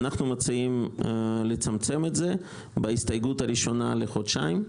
אנחנו מציעים לצמצם את זה בהסתייגות הראשונה לחודשיים.